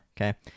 okay